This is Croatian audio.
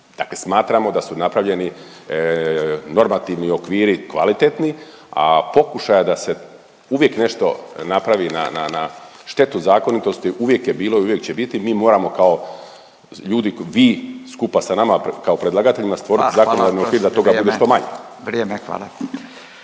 dakle smatramo da su napravljeni normativni okviri kvalitetni, a pokušaja da se uvijek nešto napravi na, na štetu zakonitosti uvijek je bilo i uvijek će biti. Mi moramo kao ljudi, vi skupa sa nama kao predlagateljima stvoriti … …/Upadica Furio Radin: Hvala, hvala,